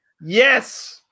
Yes